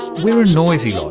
we're a noisy lot,